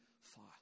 fire